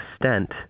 stent